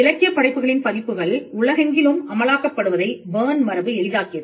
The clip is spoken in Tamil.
இலக்கியப் படைப்புகளின் பதிப்புகள் உலகெங்கிலும் அமலாக்கப் படுவதை பெர்ன் மரபு எளிதாக்கியது